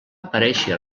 aparéixer